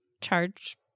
charge